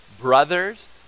brothers